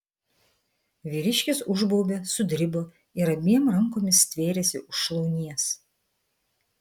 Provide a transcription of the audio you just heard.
vyriškis užbaubė sudribo ir abiem rankomis stvėrėsi už šlaunies